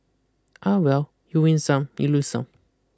ah well you win some you lose some